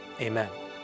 Amen